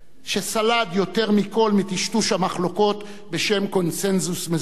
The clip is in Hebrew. שסלד יותר מכול מטשטוש המחלוקות בשם "קונסנזוס מזויף",